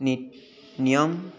নি নিয়ম